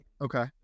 Okay